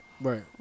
Right